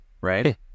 Right